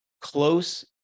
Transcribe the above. close